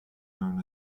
known